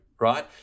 right